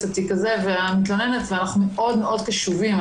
התיק הזה והמתלוננת ואנחנו מאוד מאוד קשובים.